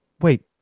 Wait